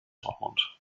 dortmund